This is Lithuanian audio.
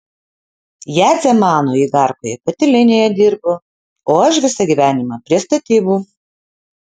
jadzė mano igarkoje katilinėje dirbo o aš visą gyvenimą prie statybų